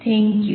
આભાર